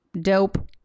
dope